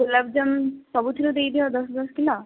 ଗୋଲପ ଜାମୁନ ସବୁଥିରୁ ଦେଇଦିଅ ଦଶ ଦଶ କିଲୋ